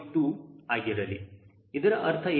2 ಆಗಿರಲಿ ಇದರ ಅರ್ಥ ಏನು